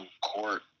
court